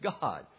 God